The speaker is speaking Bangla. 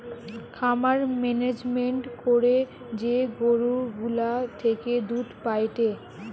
খামার মেনেজমেন্ট করে যে গরু গুলা থেকে দুধ পায়েটে